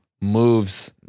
moves